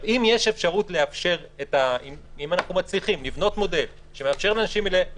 אם אנחנו מצליחים לבנות מודל שמאפשר לאנשים האלה להתפרנס,